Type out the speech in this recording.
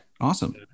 awesome